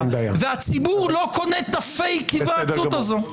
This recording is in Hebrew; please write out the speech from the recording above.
והציבור לא קונה את הפייק היוועצות הזאת.